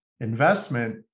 investment